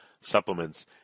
supplements